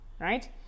right